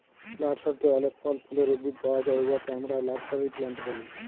লার্সারিতে অলেক ফল ফুলের উদ্ভিদ পাউয়া যায় উয়াকে আমরা লার্সারি প্লান্ট ব্যলি